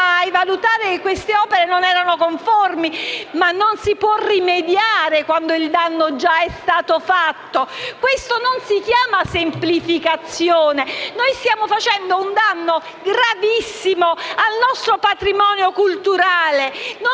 si valuta che esse non erano conformi, ma non si può rimediare quando il danno è stato già fatto. Questa non si chiama semplificazione. Stiamo facendo un danno gravissimo al nostro patrimonio culturale